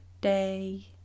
day